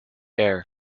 air